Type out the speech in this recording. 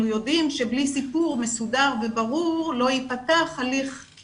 יודעים שבלי סיפור מסודר וברור לא ייפתח הליך,